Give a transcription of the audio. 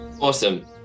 Awesome